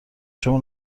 شما